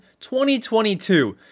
2022